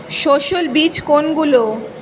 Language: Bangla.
সস্যল বীজ কোনগুলো?